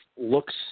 looks